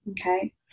Okay